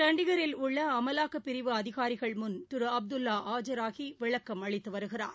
சண்டிகரில் உள்ளஅமலாக்கப் பிரிவு அதிகாரிகள் முன் திருஅப்துல்லாஆஜராகிவிளக்கம் அளித்துவருகிறார்